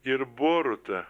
ir boruta